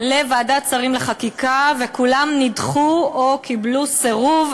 לוועדת שרים לחקיקה וכולן נדחו או קיבלו סירוב,